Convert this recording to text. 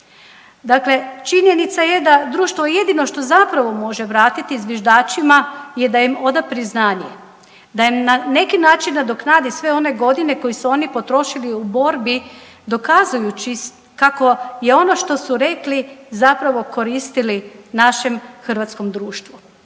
Dakle, činjenica je da društvo jedino što zapravo može vratiti zviždačima je da im oda priznanje, da im na neki način nadoknadi sve one godine koje su oni potrošili u borbi dokazujući kako je ono što su rekli zapravo koristili našem hrvatskom društvu.